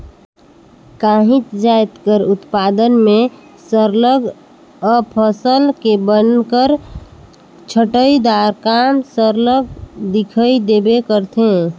काहींच जाएत कर उत्पादन में सरलग अफसल ले बन कर छंटई दार काम सरलग दिखई देबे करथे